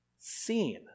Seen